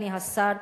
אדוני השר,